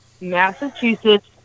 Massachusetts